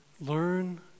learn